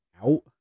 out